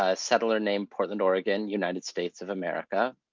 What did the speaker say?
ah settler named portland, oregon, united states of america.